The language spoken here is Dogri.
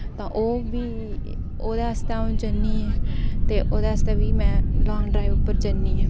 तां ओह् बी ओह्दे आस्तै अ'ऊं जन्नी ते ओह्दे आस्तै बी में लॉंग ड्राइव उप्पर जन्नी आं